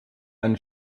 ein